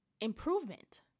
improvement